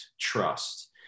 trust